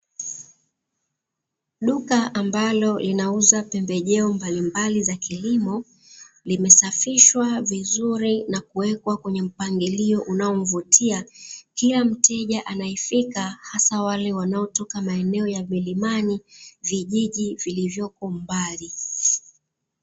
Duka ambalo linauza pembejeo mbalimbali za kilimo limesafishwa vizuri na kuekwa kwenye mpangilio unaomvutia kila mteja anayefika haswa wale wanaotoka maeneo ya mlimani, vijiji vyilivyopo mbali.